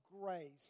grace